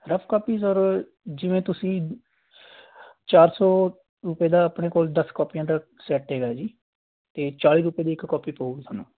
rough copy sir ਜਿਵੇਂ ਤੁਸੀਂ ਚਾਰ ਸੌ ਰੁਪਏ ਦਾ ਆਪਣੇ ਕੋਲ ਦਸ ਕਾਪੀਆਂ ਦਾ ਸੈੱਟ ਹੈਗਾ ਜੀ ਅਤੇ ਚਾਲੀ ਰੁਪਏ ਦੀ ਇੱਕ ਕਾਪੀ ਪਵੇਗੀ ਤੁਹਾਨੂੰ